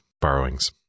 borrowings